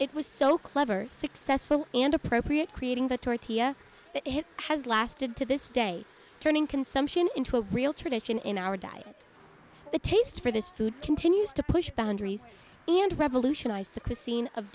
it was so clever successful and appropriate creating the tortilla has lasted to this day turning consumption into a real tradition in our diet the taste for this food continues to push boundaries and revolutionize the cosine of